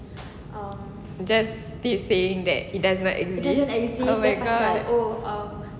does he saying that it does not exist oh my god